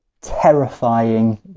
Terrifying